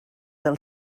del